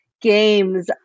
games